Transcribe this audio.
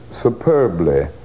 superbly